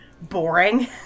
boring